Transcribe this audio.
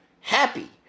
happy